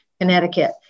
Connecticut